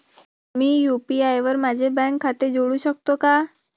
मी UPI वर माझे bank खाते जोडू शकतो का?